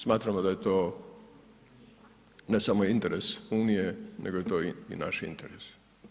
Smatramo da je to ne samo interes unije, nego je to i naš interes.